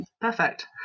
perfect